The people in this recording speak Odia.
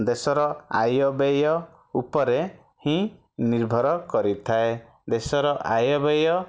ଦେଶର ଆୟବ୍ୟୟ ଉପରେ ହିଁ ନିର୍ଭର କରିଥାଏ ଦେଶର ଆୟବ୍ୟୟ